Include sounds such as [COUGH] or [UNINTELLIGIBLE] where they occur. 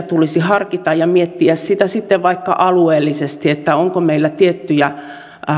[UNINTELLIGIBLE] tulisi harkita ja miettiä sitten vaikka alueellisesti onko meillä tiettyjä